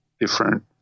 different